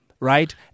right